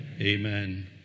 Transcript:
Amen